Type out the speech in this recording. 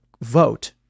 vote